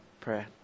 prayer